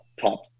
top